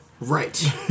Right